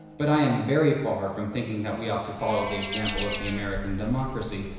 but i am very far from thinking that we ought to follow the example of the american democracy,